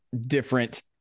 different